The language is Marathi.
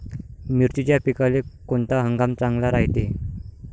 मिर्चीच्या पिकाले कोनता हंगाम चांगला रायते?